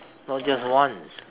not just once